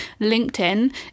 LinkedIn